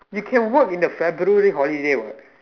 you can work in the February holiday what